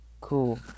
cool